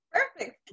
Perfect